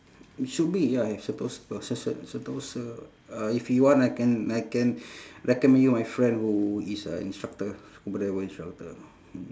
should be ya I suppose got such a sentosa uh if you want I can I can recommend you my friend who is a instructor scuba diver instructor